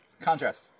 Contrast